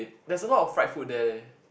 there's a lot of fried food there leh